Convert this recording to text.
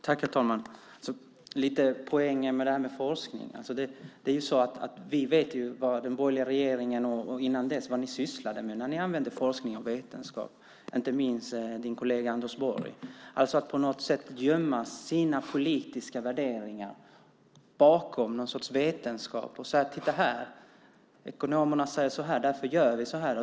Herr talman! Poängen med forskning: Vi vet ju vad ni i den borgerliga regeringen sysslade med tidigare när ni använde forskning och vetenskap, inte minst din kollega Anders Borg. Det var att på något sätt gömma sina politiska värderingar bakom någon sorts vetenskap och säga så här: Titta, ekonomerna säger så här, och därför gör vi så här!